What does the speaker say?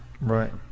Right